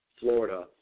Florida